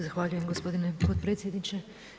Zahvaljujem gospodine potpredsjedniče.